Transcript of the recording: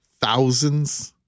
thousands